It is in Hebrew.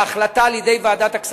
בהחלטה, על-ידי ועדת הכספים.